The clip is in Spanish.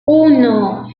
uno